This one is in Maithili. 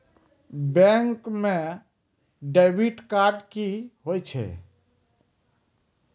बैंक म डेबिट कार्ड की होय छै?